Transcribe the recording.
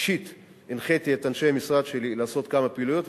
אישית הנחיתי את אנשי המשרד שלי לעשות כמה פעילויות,